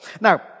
now